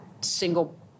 single